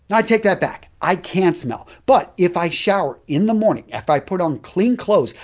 but i take that back, i can't smell. but, if i showered in the morning if i put on clean clothes,